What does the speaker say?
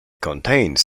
contains